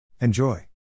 Enjoy